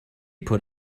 put